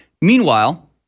Meanwhile